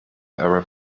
arab